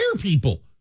people